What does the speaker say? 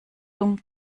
dumm